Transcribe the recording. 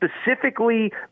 specifically